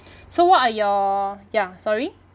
so what are your ya sorry